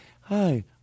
hi